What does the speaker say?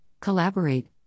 collaborate